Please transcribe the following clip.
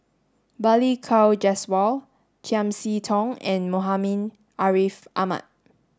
Balli Kaur Jaswal Chiam See Tong and Muhammad Ariff Ahmad